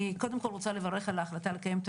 אני קודם כל רוצה לברך על ההחלטה לקיים את